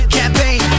campaign